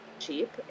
cheap